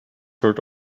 heard